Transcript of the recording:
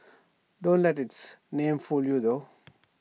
don't let its name fool you though